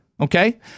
Okay